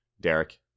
Derek